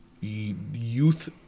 youth